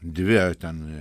dvi ar ten